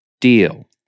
deal